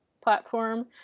platform